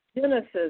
Genesis